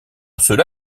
cela